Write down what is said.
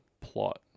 plot